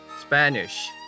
Spanish